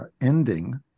ending